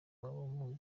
wabo